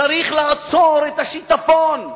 צריך לעצור את השיטפון.